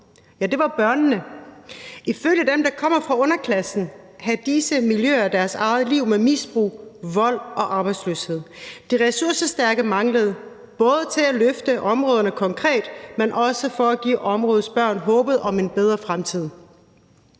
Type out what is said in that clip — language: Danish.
Det var børnene. Ifølge dem, der kommer fra underklassen, kan disse miljøer have deres eget liv med misbrug, vold og arbejdsløshed. De ressourcestærke manglede, både til at løfte områderne konkret, men også for at give områdets børn håbet om en bedre fremtid.